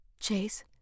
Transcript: Chase